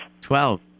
Twelve